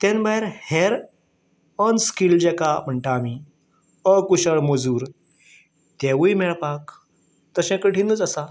तेन भायर हेर ऑन स्कील जाका म्हणटा आमी अकुशळ मजूर तेवूय मेळपाक तशे कठिनूच आसा